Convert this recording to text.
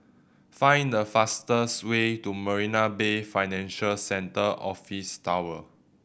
find the fastest way to Marina Bay Financial Centre Office Tower